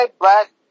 Black